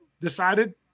decided